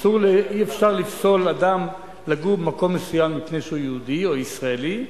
שאי-אפשר לפסול אדם מלגור במקום מסוים מפני שהוא יהודי או ישראלי,